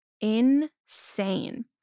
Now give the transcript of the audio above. insane